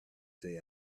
say